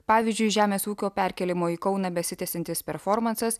pavyzdžiui žemės ūkio perkėlimo į kauną besitęsiantis performansas